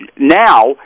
now